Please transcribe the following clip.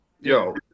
yo